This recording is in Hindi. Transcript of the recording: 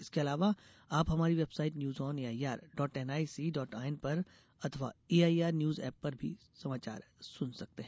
इसके अलावा आप हमारी website news on A I R dot N I C dot I N पर अथवा A I R news app पर भी समाचार सुन सकते हैं